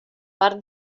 part